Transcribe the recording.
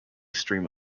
stream